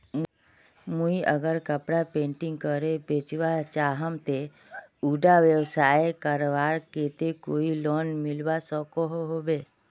मुई अगर कपड़ा पेंटिंग करे बेचवा चाहम ते उडा व्यवसाय करवार केते कोई लोन मिलवा सकोहो होबे?